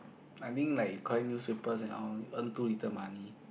like being like collect newspapers and all earn too little money